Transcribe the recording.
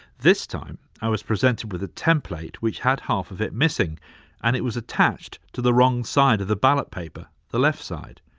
this time, i was presented with a template which had half of it missing and it was attached to the wrong side of the ballot paper the left side.